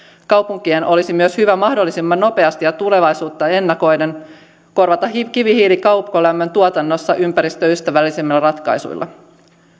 kaupunkien olisi myös hyvä mahdollisimman nopeasti ja tulevaisuutta ennakoiden korvata kivihiili kaukolämmön tuotannossa ympäristöystävällisemmillä ratkaisuilla